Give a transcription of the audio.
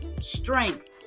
strength